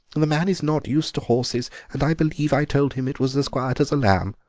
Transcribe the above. the man is not used to horses, and i believe i told him it was as quiet as a lamb.